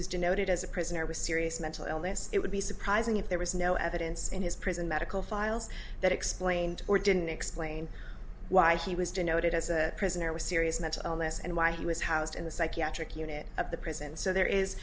was denoted as a prisoner with serious mental illness it would be surprising if there was no evidence in his prison medical files that explained or didn't explain why he was denoted as a prisoner with serious mental illness and why he was housed in the psychiatric unit of the prison so there is